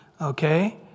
Okay